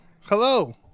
Hello